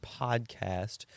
Podcast